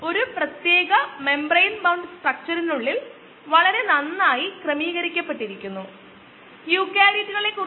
ഈ പ്രഭാഷണത്തിനായി ഇവിടെ നിർത്താൻ ഇത് നല്ല സമയമാണെന്ന് ഞാൻ കരുതുന്നു